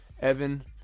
Evan